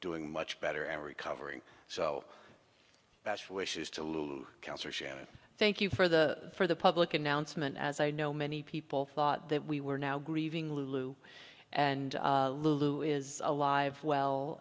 doing much better and recovering so best wishes to little cancer shanna thank you for the for the public announcement as i know many people thought that we were now grieving lulu and lulu is alive well